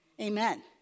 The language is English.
Amen